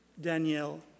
Danielle